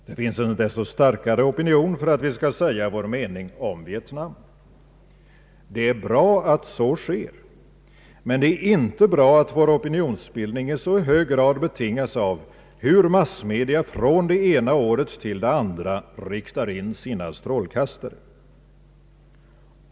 Det finns en desto starkare opinion för att vi skall säga vår mening om Vietnam. Det är bra att så sker. Men det är inte bra att vår opinionsbildning i så hög grad betingas av hur massmedia från det ena året till det andra riktar in sina strålkastare.